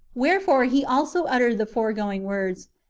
where fore he also uttered the foregoing words,